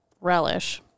relish